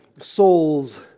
souls